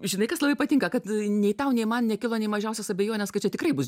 žinai kas labai patinka kad nei tau nei man nekilo nė mažiausios abejonės kad čia tikrai bus